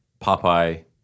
Popeye